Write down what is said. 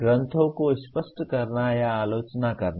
ग्रंथों को स्पष्ट करना या आलोचना करना